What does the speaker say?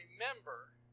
remember